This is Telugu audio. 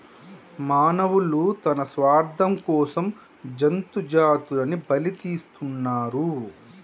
మానవులు తన స్వార్థం కోసం జంతు జాతులని బలితీస్తున్నరు